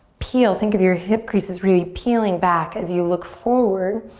peel, think of your hip creases really peeling back as you look forward.